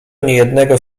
niejednego